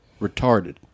retarded